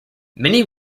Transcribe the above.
many